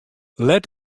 let